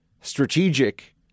strategic